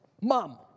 Mom